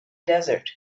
desert